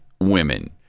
women